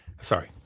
Sorry